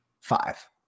Five